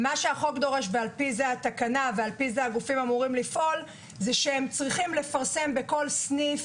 ועל-פי זה התקנה והגופים אמורים לפעול זה שהם צריכים לפרסם בכל סניף,